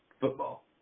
football